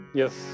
yes